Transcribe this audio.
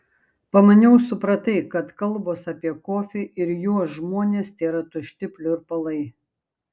pamaniau supratai kad kalbos apie kofį ir jo žmones tėra tušti pliurpalai